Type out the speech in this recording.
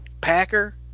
packer